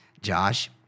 Josh